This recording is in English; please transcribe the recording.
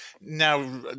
Now